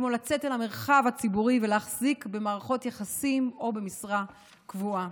כמו לצאת אל המרחב הציבורי ולהחזיק במערכות יחסים או במשרה קבועה.